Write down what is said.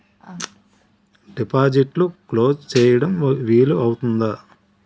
డిపాజిట్లు క్లోజ్ చేయడం వీలు అవుతుందా?